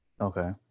Okay